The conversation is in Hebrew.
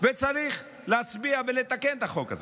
וצריך להצביע ולתקן את החוק הזה.